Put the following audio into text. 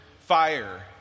fire